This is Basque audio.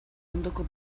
ondoko